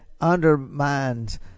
undermines